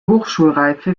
hochschulreife